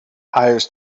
hires